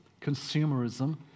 consumerism